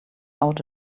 out